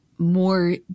more